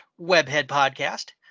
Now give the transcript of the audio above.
webheadpodcast